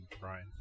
Brian